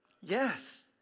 yes